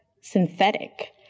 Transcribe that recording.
synthetic